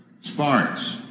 Sparks